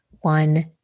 one